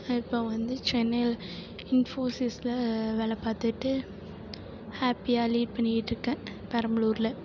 இப்போ வந்து சென்னையில் இன்ஃபோசிஸில் வேலை பார்த்துட்டு ஹேப்பியாக லீட் பண்ணியிட்டிருக்கேன் பெரம்பலூரில்